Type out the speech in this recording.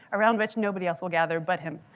around which nobody else will gather but him,